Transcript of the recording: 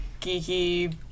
geeky